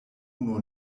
unu